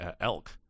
elk